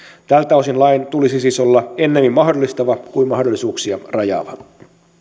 tältä osin lain tulisi siis olla ennemmin mahdollistava kuin mahdollisuuksia rajaava